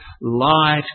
light